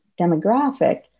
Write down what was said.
demographic